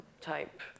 type